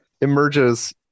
Emerges